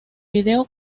video